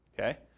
Okay